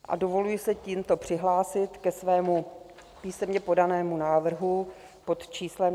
A dovoluji si se tímto přihlásit ke svému písemně podanému návrhu pod číslem 461.